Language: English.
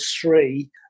three